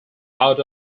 out